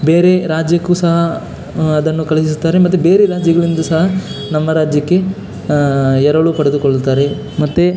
ಬೇರೆ ರಾಜ್ಯಕ್ಕೂ ಸಹ ಅದನ್ನು ಕಳುಹಿಸುತ್ತಾರೆ ಮತ್ತು ಬೇರೆ ರಾಜ್ಯಗಳಿಂದ ಸಹ ನಮ್ಮ ರಾಜ್ಯಕ್ಕೆ ಎರವಲು ಪಡೆದುಕೊಳ್ಳುತ್ತಾರೆ ಮತ್ತು